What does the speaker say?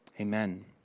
Amen